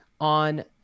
on